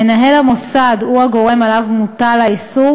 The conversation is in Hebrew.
מנהל המוסד הוא הגורם שעליו מוטל האיסור